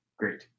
great